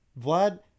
Vlad –